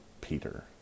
Peter